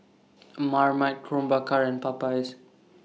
Marmite Krombacher and Popeyes